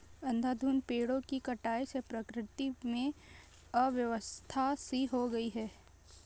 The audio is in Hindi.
अंधाधुंध पेड़ों की कटाई से प्रकृति में अव्यवस्था सी हो गई है